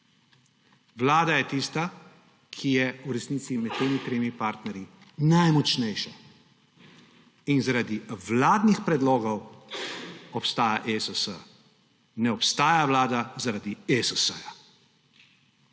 Vlada je tista, ki je v resnici med temi tremi partnerji najmočnejša. Zaradi vladnih predlogov obstaja ESS, ne obstaja vlada zaradi ESS,